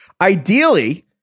Ideally